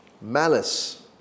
Malice